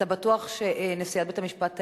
אתה בטוח שנשיאת בית-המשפט העליון,